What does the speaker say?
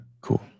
cool